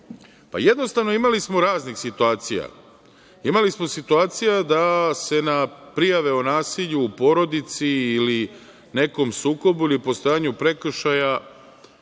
Jednostavno, imali smo raznih situacija. Imali smo situacija da se na prijave o nasilju u porodici ili nekom sukobu ili postojanju prekršaja